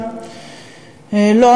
לא,